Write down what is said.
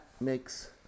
makes